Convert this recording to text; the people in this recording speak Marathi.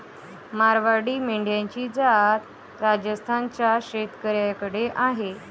मारवाडी मेंढ्यांची जात राजस्थान च्या शेतकऱ्याकडे आहे